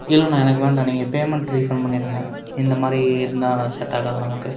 இல்லைண்ணா எனக்கு வேண்டாம் நீங்கள் பேமண்ட் ரீஃபண்ட் பண்ணிடுங்க இந்த மாதிரி இருந்தாயெலாம் செட்டாகாது நமக்கு